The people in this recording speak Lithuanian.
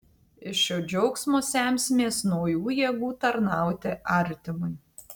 iš šio džiaugsmo semsimės naujų jėgų tarnauti artimui